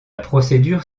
procédure